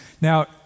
Now